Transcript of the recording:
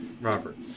Robert